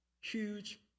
huge